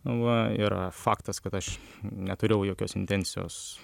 va ir faktas kad aš neturėjau jokios intencijos